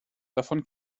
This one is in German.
davon